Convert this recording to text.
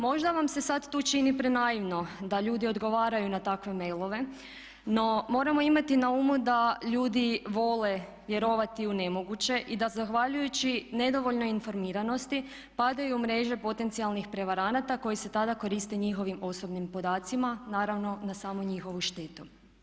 Možda vam se sada tu čini prenaivno da ljudi odgovaraju na takve mailove no moramo imati na umu da ljudi vole vjerovati u nemoguće i da zahvaljujući nedovoljnoj informiranosti padaju u mreže potencijalnih prevaranata koji se tada koriste njihovim osobnim podacima naravno na samo njihovu štetu.